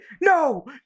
no